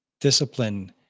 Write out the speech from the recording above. Discipline